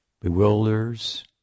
bewilders